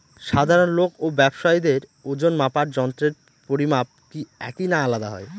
সাধারণ লোক ও ব্যাবসায়ীদের ওজনমাপার যন্ত্রের পরিমাপ কি একই না আলাদা হয়?